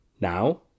Now